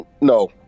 No